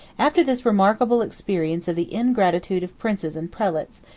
after this remarkable experience of the ingratitude of princes and prelates,